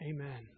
Amen